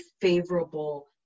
favorable